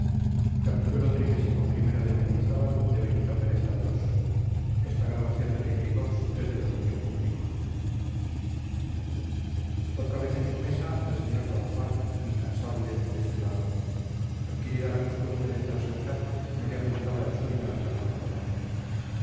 más hinchadas otra vez en su mesa el sr d juan incansable desvelado adquirida la costumbre de trasnochar no le apuntaba el sueño hasta la madrugada